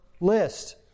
list